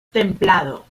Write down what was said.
templado